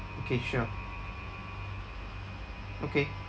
okay sure okay